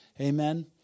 Amen